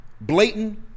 blatant